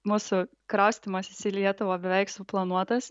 mūsų kraustymasis į lietuvą beveik suplanuotas